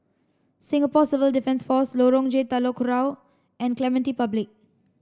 Singapore Civil Defence Force Lorong J Telok Kurau and Clementi Public